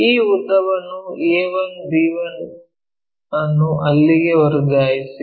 ಈ ಉದ್ದವನ್ನು a1 b1 ಅನ್ನು ಅಲ್ಲಿಗೆ ವರ್ಗಾಯಿಸಿ